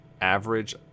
average